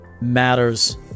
matters